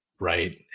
right